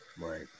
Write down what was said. Right